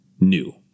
new